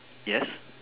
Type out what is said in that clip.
yes